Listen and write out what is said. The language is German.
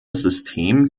system